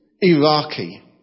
Iraqi